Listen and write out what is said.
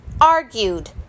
argued